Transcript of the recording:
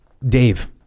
Dave